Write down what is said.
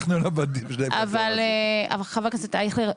חבר הכנסת אייכלר,